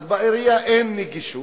אז בעירייה אין נגישות.